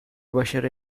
başarı